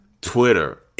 Twitter